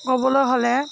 ক'বলৈ হ'লে